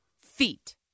feet